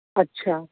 ਅੱਛਾ